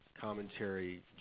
commentary